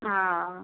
हँ